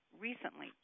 Recently